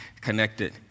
connected